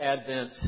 Advent